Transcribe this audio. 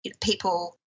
people